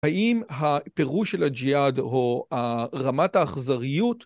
האם הפירוש של הג'יאד או רמת האכזריות?